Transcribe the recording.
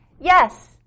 Yes